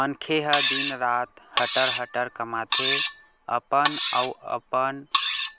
मनखे ह दिन रात हटर हटर कमाथे, अपन अउ अपन